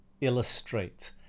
illustrate